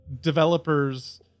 developers